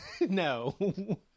No